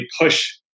push